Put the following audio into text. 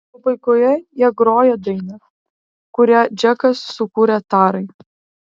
pabaigoje jie groja dainą kurią džekas sukūrė tarai